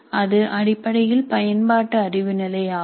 அது அடிப்படையில் பயன்பாட்டு அறிவு நிலையாகும்